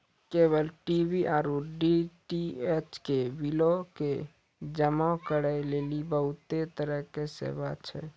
cable TV आरु DTH के बिलो के जमा करै लेली बहुते तरहो के सेवा छै